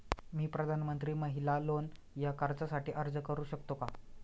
मी प्रधानमंत्री महिला लोन या कर्जासाठी अर्ज करू शकतो का?